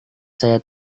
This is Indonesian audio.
saya